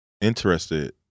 interested